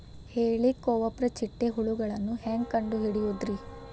ಹೇಳಿಕೋವಪ್ರ ಚಿಟ್ಟೆ ಹುಳುಗಳನ್ನು ಹೆಂಗ್ ಕಂಡು ಹಿಡಿಯುದುರಿ?